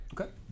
Okay